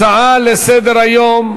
הצעות לסדר-היום: